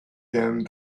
them